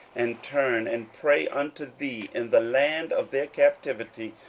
and turn and pray unto thee in the land of their captivity,